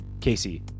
Casey